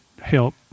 help